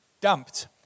dumped